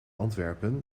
antwerpen